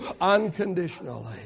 unconditionally